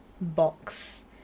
box